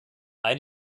ein